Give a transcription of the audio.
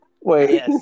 Wait